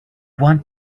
want